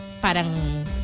parang